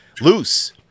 loose